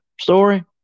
story